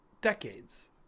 decades